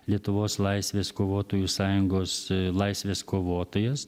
lietuvos laisvės kovotojų sąjungos laisvės kovotojas